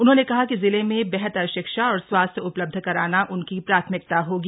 उन्होंने कहा कि जिले में बेहतर शिक्षा और स्वास्थ्य उपलब्ध कराना उनकी प्राथमिकता होगी